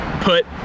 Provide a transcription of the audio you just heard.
put